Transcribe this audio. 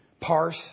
parse